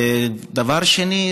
דבר שני,